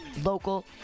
local